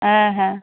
হ্যাঁ হ্যাঁ